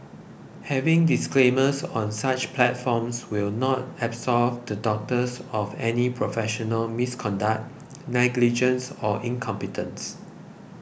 having disclaimers on such platforms will not absolve the doctors of any professional misconduct negligence or incompetence